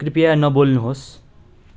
कृपया नबोल्नुहोस्